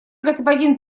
господин